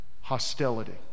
hostility